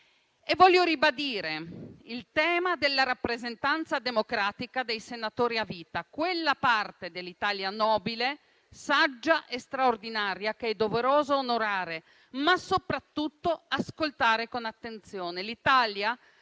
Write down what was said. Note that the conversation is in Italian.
Vorrei ribadire il tema della rappresentanza democratica dei senatori a vita, quella parte dell'Italia nobile, saggia e straordinaria che è doveroso onorare, ma soprattutto ascoltare con attenzione.